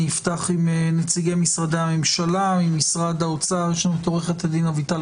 נפתח עם נציגי משרדי הממשלה ממשרד האוצר יש לנו את עורכת הדין אביטל